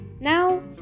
now